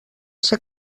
ser